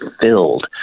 filled